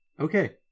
Okay